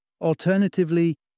Alternatively